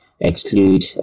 exclude